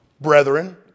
brethren